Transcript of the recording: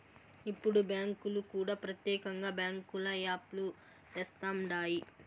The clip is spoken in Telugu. ఇప్పుడు బ్యాంకులు కూడా ప్రత్యేకంగా బ్యాంకుల యాప్ లు తెస్తండాయి